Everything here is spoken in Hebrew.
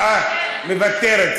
אה, מוותרת.